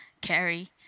carry